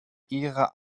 ihre